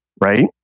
right